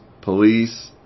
police